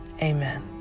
Amen